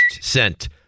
sent